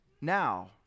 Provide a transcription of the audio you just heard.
now